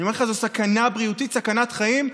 אני אומר לך, זו סכנה בריאותית, סכנת חיים.